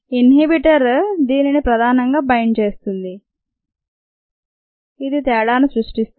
inhibitor దేనిని ప్రధానంగా bind చేస్తుంది ఇది తేడాను సృష్టిస్తుంది